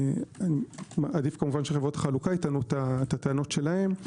עדיף שחברות החלוקה יטענו את הטענות שלהם,